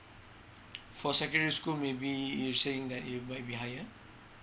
for secondary school maybe you were saying that it might be higher